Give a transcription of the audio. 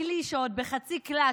הכלי שעוד בחצי קלאץ'